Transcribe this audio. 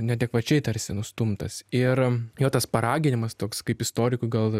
neadekvačiai tarsi nustumtas ir jo tas paraginimas toks kaip istorikui gal